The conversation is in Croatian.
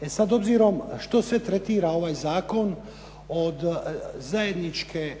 E sad obzirom, što sve tretira ovaj zakon od zajedničke